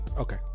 Okay